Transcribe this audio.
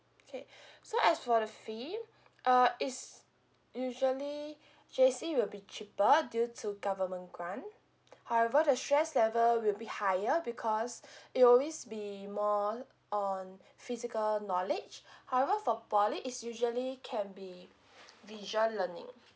okay so as for the fee ah is usually J_C will be cheaper due to government grant however the stress level will be higher because it'll always be more on physical knowledge however for poly it's usually can be visual learning